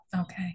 Okay